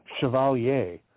Chevalier